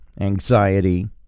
anxiety